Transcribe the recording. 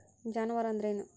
ಜಾನುವಾರು ಅಂದ್ರೇನು?